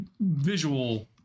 visual